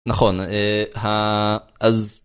נכון, אההה, אז